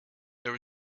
there